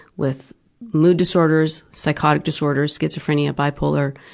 with mood disorders, psychotic disorders, schizophrenia, bipolar,